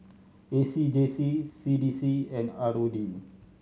A C J C C D C and R O D